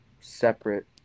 separate